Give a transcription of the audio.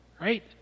Right